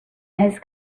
his